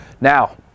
Now